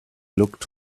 looked